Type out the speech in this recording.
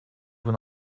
vous